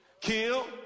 kill